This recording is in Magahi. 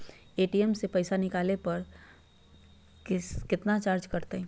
ए.टी.एम से पईसा निकाले पर पईसा केतना चार्ज कटतई?